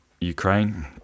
Ukraine